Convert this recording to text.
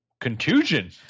contusion